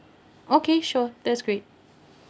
okay sure that's great